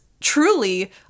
Truly